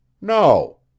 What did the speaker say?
No